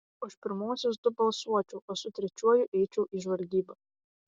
už pirmuosius du balsuočiau o su trečiuoju eičiau į žvalgybą